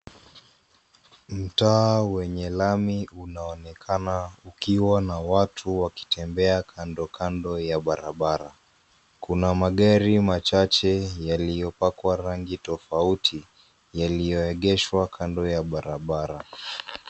Mtaa wenye lami unaonekana ukiwa na watu wakitembea kando kando ya barabara. Kuna magari machache yaliyopakwa rangi tofauti yaliyoegeshwa kando ya barabara.